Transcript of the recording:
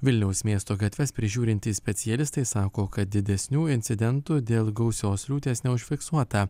vilniaus miesto gatves prižiūrintys specialistai sako kad didesnių incidentų dėl gausios liūties neužfiksuota